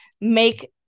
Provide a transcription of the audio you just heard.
make